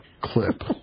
clip